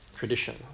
Tradition